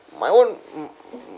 my own